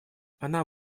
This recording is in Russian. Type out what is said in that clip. она